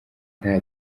nta